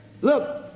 Look